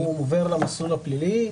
הוא עובר למסלול הפלילי.